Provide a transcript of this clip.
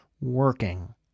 working